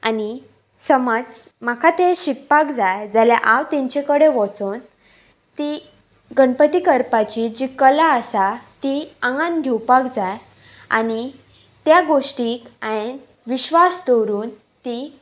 आनी समज म्हाका तें शिकपाक जाय जाल्या हांव तेंचे कडेन वोचोन ती गणपती करपाची जी कला आसा ती आंगान घेवपाक जाय आनी त्या गोश्टीक हांवें विश्वास दवरून ती